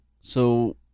so-